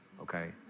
okay